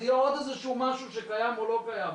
זה יהיה עוד איזשהו משהו שקיים או לא קיים.